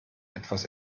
etwas